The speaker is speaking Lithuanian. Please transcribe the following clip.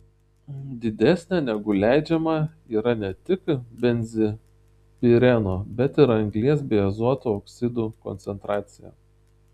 didesnė negu leidžiama yra ne tik benzpireno bet ir anglies bei azoto oksidų koncentracija